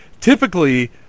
typically